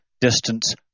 distance